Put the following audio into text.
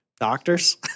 Doctors